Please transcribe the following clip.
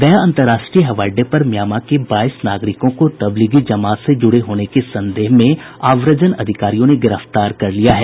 गया अंतरराष्ट्रीय हवाई अड्डे पर म्यामां के बाईस नागरिकों को तब्लीगी जमात से जूड़े होने के संदेह में आव्रजन अधिकारियों ने गिरफ्तार कर लिया है